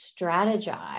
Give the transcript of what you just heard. strategize